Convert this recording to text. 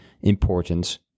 importance